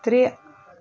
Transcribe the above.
ترٛےٚ